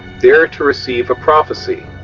there to receive a prophesy